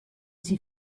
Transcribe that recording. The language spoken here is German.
sie